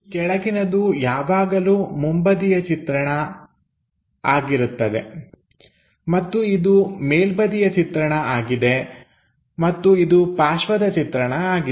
ಈ ಕೆಳಗಿನದು ಯಾವಾಗಲೂ ಮುಂಬದಿಯ ಚಿತ್ರಣ ಆಗಿರುತ್ತದೆ ಮತ್ತು ಇದು ಮೇಲ್ಬದಿಯ ಚಿತ್ರಣ ಆಗಿದೆ ಮತ್ತು ಇದು ಪಾರ್ಶ್ವದ ಚಿತ್ರಣ ಆಗಿದೆ